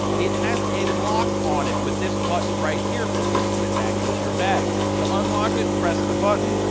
it has a lock on it with this button right here for when you put it back into your bag. to unlock it, press the button.